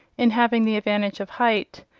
in having the advantage of height,